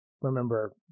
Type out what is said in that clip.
remember